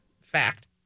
fact